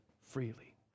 freely